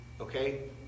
okay